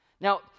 Now